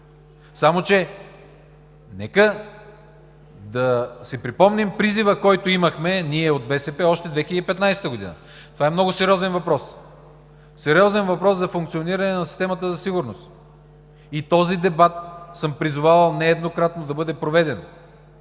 Само че нека да си припомним призива, който имахме ние, от БСП, още 2015 г. Това е много сериозен въпрос, сериозен въпрос за функциониране на системата за сигурност. И този дебат нееднократно съм призовавал